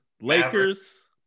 Lakers